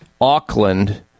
Auckland